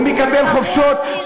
הוא מקבל חופשות,